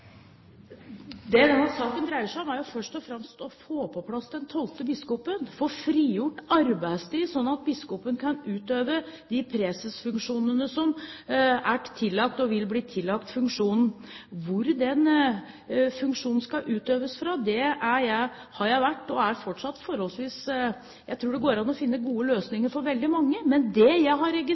Det denne saken dreier seg om, er først og fremst å få på plass den tolvte biskopen, få frigjort arbeidstid, slik at biskopen kan utøve de presesfunksjonene som er tillagt og vil bli tillagt funksjonen. Når det gjelder hvor den funksjonen skal utøves fra, tror jeg det går an å finne gode løsninger for veldig mange. Men jeg har